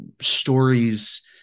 stories